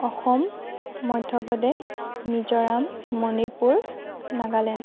Assam Madhya Pradesh Mizoram Manipur Nagaland